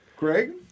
Greg